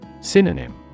Synonym